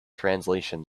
translation